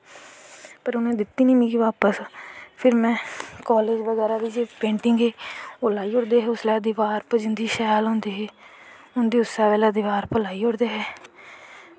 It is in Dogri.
पर उनैं दित्ती नी मिगी बापस फिर में कालेज़ बगैरा दी पेंटिंग ही में लाई ओड़दे हे दवार पर जिंदे शैल होंदी ही उंदी उस्सै बेल्लै दवार पर लाई ओड़दे हे